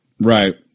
Right